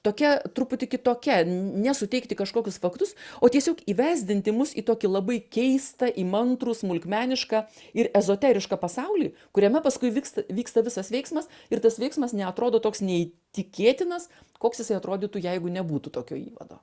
tokia truputį kitokia ne suteikti kažkokius faktus o tiesiog įvesdinti mus į tokį labai keistą įmantrų smulkmenišką ir ezoterišką pasaulį kuriame paskui vykst vyksta visas veiksmas ir tas veiksmas neatrodo toks neįtikėtinas koks jisai atrodytų jeigu nebūtų tokio įvado